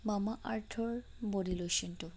মামা আৰ্থৰ বডী লোচনটো